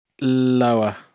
Lower